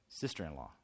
Sister-in-law